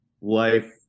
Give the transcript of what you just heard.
life